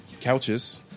Couches